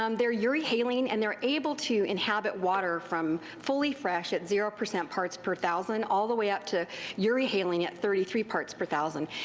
um theyire euryhaline and theyire able to inhabit water from fully fresh at zero percent parts per thousand, all the way up to euryhaline at thirty three parts per thousand.